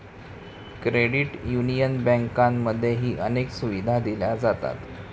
credit union बँकांमध्येही अनेक सुविधा दिल्या जातात